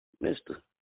Mister